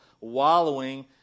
wallowing